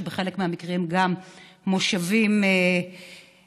ובחלק מהמקרים גם מושבים נהנו.